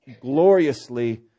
gloriously